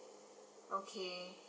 okay